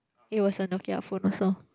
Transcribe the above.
it was a Nokia phone also